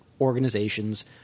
organizations